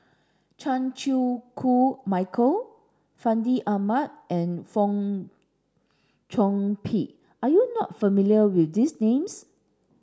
Chan Chew Koon Michael Fandi Ahmad and Fong Chong Pik are you not familiar with these names